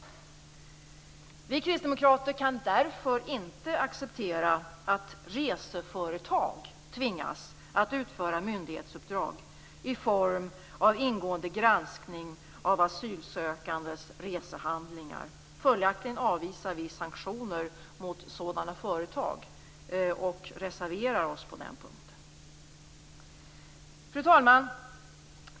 Vi kristdemokrater kan därför inte acceptera att reseföretag tvingas att utföra myndighetsuppdrag i form av ingående granskning av asylsökandes resehandlingar. Följaktligen avvisar vi sanktioner mot sådana företag och reserverar oss på den punkten. Fru talman!